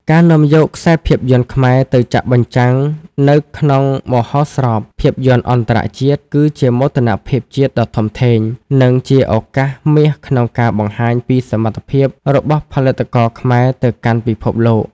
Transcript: ការនាំយកខ្សែភាពយន្តខ្មែរទៅចាក់បញ្ចាំងនៅក្នុងមហោស្រពភាពយន្តអន្តរជាតិ គឺជាមោទនភាពជាតិដ៏ធំធេង និងជាឱកាសមាសក្នុងការបង្ហាញពីសមត្ថភាពរបស់ផលិតករខ្មែរទៅកាន់ពិភពលោក។